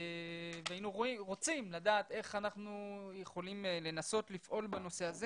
והיינו רוצים לדעת איך אנחנו יכולים לנסות לפעול בנושא הזה